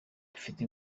bifite